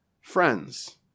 friends